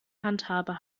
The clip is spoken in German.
handhabe